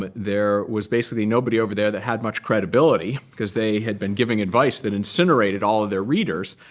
but there was basically nobody over there that had much credibility, because they had been giving advice that incinerated all of their readers.